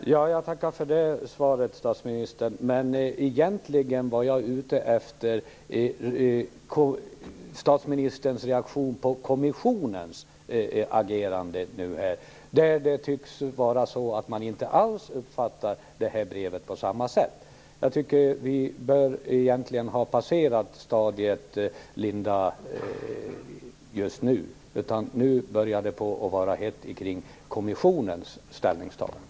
Fru talman! Jag tackar för svaret, statsministern. Men egentligen var jag ute efter statsministerns reaktion på kommissionens agerande. Det tycks vara så att man inte alls uppfattar det här brevet på samma sätt. Vi bör egentligen ha passerat stadiet Linda Steneberg. Nu börjar det osa hett kring kommissionens ställningstagande.